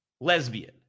lesbian